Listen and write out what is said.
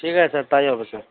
ঠিক আছে স্যার তাই হবে স্যার